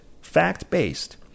fact-based